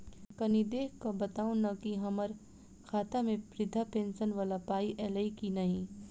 कनि देख कऽ बताऊ न की हम्मर खाता मे वृद्धा पेंशन वला पाई ऐलई आ की नहि?